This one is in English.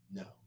no